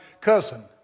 cousin